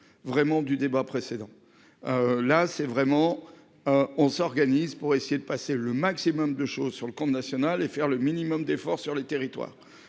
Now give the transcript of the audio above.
vraiment du débat précédant. Là c'est vraiment. On s'organise pour essayer de passer le maximum de choses sur le camp national et faire le minimum d'efforts sur les territoires.